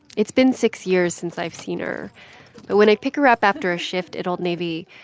it's been six years since i've seen her. but when i pick her up after a shift at old navy,